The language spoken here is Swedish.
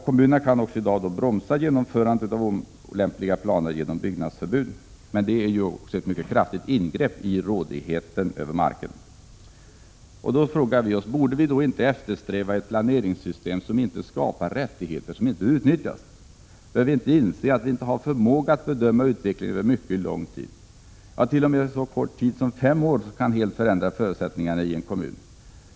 Kommunerna kan också i dag bromsa genomförandet av olämpliga planer genom byggnadsförbud. Men det är ett mycket kraftigt ingrepp i rådigheten över marken. Borde vi då inte eftersträva ett planeringssystem som inte skapar rättigheter som inte utnyttjas? Bör vi inte inse att vi inte har förmåga att 19 bedöma utvecklingen över mycket lång tid? Ja, t.o.m. så kort tid som fem år kan helt förändra förutsättningarna i en kommun.